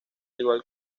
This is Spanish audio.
igual